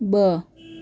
ॿ